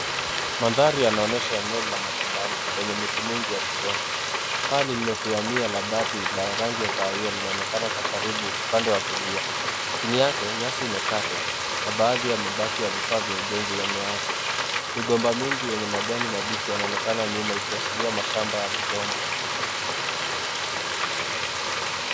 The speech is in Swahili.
Mandhari yanaonyesha ni eneo la shambani lenye miti mingi ya migomba. Paa lililotua ni ya mabati ya rangi ya kahawia, linaonekana kwa karibu upande wa kulia. Chini yake nyasi imekatwa na baadhi ya mabaki ya vifaa vya ujenzi yameachwa. Migomba mingi yenye majani mabichi yanaonekana nyuma, ikiashiria mashamba ya migomba.